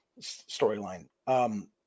storyline